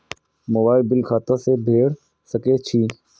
Mobile bill खाता से भेड़ सके छि?